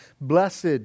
blessed